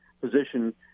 position